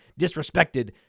disrespected